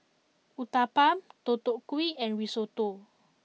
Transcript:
Uthapam Deodeok Gui and Risotto